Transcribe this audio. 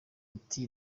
ati